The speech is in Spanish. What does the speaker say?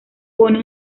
pone